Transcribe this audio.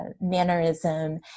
mannerism